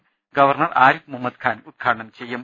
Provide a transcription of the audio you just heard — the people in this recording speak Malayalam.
രാവിലെ ഗവർണർ ആരിഫ് മുഹമ്മദ് ഖാൻ ഉദ്ഘാടനം ചെയ്യും